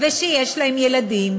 ושיש להם ילדים,